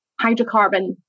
hydrocarbon